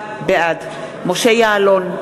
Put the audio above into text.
בעד משה יעלון,